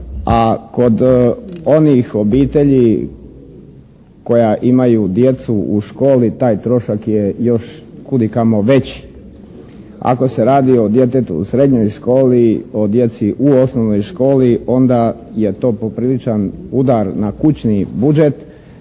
a kod onih obitelji koja imaju djecu u školi taj trošak je još kud i kamo veći. Ako se radi o djetetu u srednjoj školi, o djeci u osnovnoj školi onda je to popriličan udar na kućni budžet